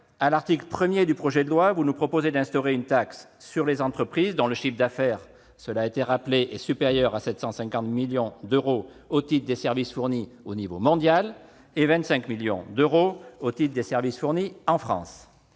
monsieur le ministre, vous nous proposez d'instaurer une taxe sur les entreprises dont le chiffre d'affaires est supérieur à 750 millions d'euros au titre des services fournis au niveau mondial et à 25 millions d'euros au titre des services fournis en France.